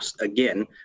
again